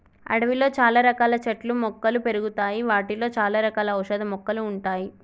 అడవిలో చాల రకాల చెట్లు మొక్కలు పెరుగుతాయి వాటిలో చాల రకాల ఔషధ మొక్కలు ఉంటాయి